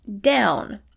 down